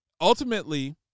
Ultimately